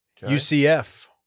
UCF